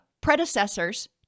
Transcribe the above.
predecessors